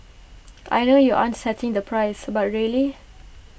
I know you aren't setting the price but really